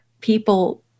people